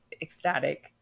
ecstatic